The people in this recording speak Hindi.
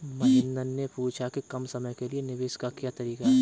महेन्द्र ने पूछा कि कम समय के लिए निवेश का क्या तरीका है?